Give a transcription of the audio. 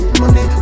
money